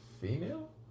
female